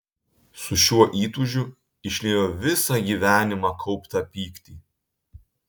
su šiuo įtūžiu išliejo visą gyvenimą kauptą pyktį